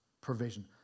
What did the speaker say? provision